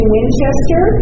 Winchester